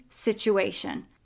situation